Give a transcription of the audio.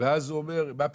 ואז הוא אומר "מה פתאום?",